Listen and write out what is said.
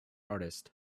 artist